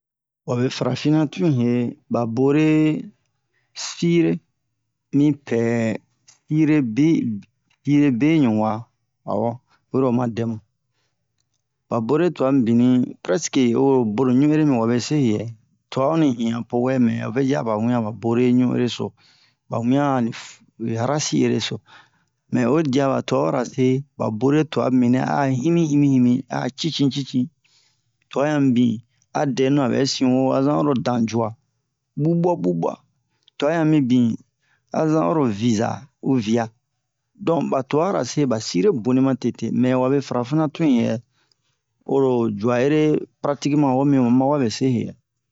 Wabe farafina tun ye ba bore sire mi pɛ sire beɲu wa awo oyi ro oma dɛmu ba bore tua mibini prɛske o ho bonu ɲu ere mi wabe se he yɛ tua onni hi'a po wɛ mɛ ovɛ ji ama wian a ba bore ɲu ere so ba wian a ani rasi ere so mɛ oyi dia ba tubabura se ba bore tua mibini a'a himi-himi himi a'a cicin cicin tua yan mibin a dɛnuna bɛ sin wo a zan oro dan ju'a bubu'a bubu'a tua yan mibin a zan oro viza u via don ba tubara se ba sire boni ma tete mɛ wabe farafina tun ye yɛ oro jua ere pratikema ho mi ma wabe se he